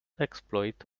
exploit